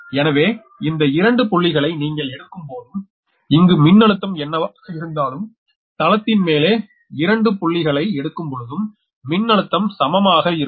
எனவே எந்த இரண்டு புள்ளிகளை நீங்கள் எடுக்கும் போதும் இங்கு மின்னழுத்தம் என்னவாக இருந்தாலும் தளத்தின் மேலே இரண்டு புள்ளிகளை எடுக்கும்பொழுதும் மின்னழுத்தம் சமமாக இருக்கும்